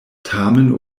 tamen